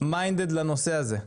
אנחנו מיינדד לנושא הזה.